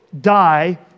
die